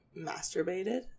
masturbated